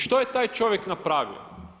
I što je taj čovjek napravio?